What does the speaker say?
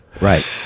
Right